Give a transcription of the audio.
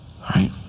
right